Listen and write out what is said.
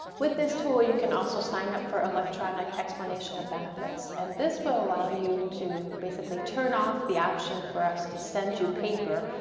with this tool you can also sign up for electronic explanation of benefits, and this will allow you to basically turn off the action for us to send you paper,